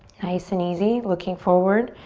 nice and easy, looking forward.